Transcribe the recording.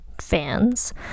fans